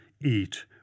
eat